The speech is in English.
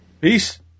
Peace